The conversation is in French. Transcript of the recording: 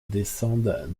descendent